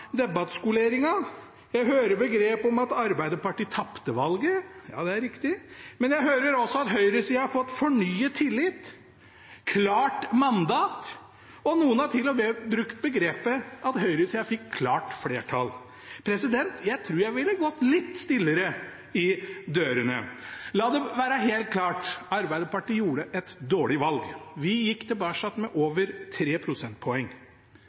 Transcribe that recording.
debattskoleringen. Jeg hører ord som at Arbeiderpartiet tapte valget – ja, det er riktig. Men jeg hører også at høyresiden har fått fornyet tillit, klart mandat, og noen har til og med brukt ord som at høyresiden fikk klart flertall! Jeg tror jeg ville gått litt stillere i dørene. La det være helt klart: Arbeiderpartiet gjorde et dårlig valg. Vi gikk tilbake med over 3 prosentpoeng.